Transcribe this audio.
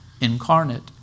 incarnate